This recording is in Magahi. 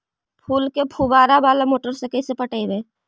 फूल के फुवारा बाला मोटर से कैसे पटइबै?